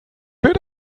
wird